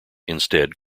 instead